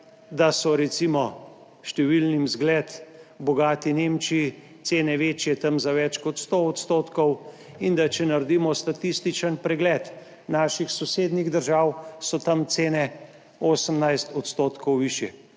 da so recimo številnim zgled bogati Nemčiji cene večje tam za več kot 100 odstotkov in da če naredimo statističen pregled naših sosednjih držav, so tam cene 18 odstotkov višje.